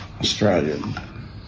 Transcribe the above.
Australian